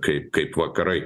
kai kaip vakarai